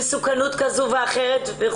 במסוכנות כזו ואחרת.